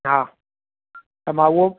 हा त मां उहो